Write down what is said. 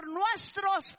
nuestros